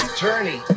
Attorney